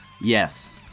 yes